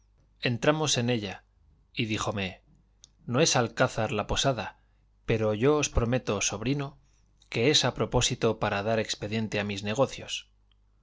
entramos en ella y díjome no es alcázar la posada pero yo os prometo sobrino que es a propósito para dar expediente a mis negocios